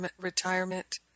retirement